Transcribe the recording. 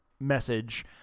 message